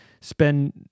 spend